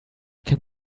can